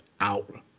out